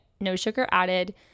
no-sugar-added